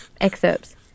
excerpts